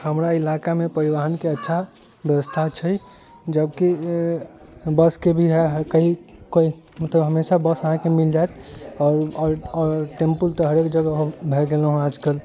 हमरा इलाका मे परिवहन के अच्छा व्यवस्था छै जबकि बस के भी है कही कही मतलब हमेशा बस अहाँके मिल जायत आओर टेम्पू तऽ हरेक जगह भे गेल है आजकल